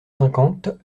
cinquante